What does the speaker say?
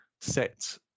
set